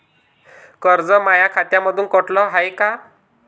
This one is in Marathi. कर्ज माया खात्यामंधून कटलं हाय का?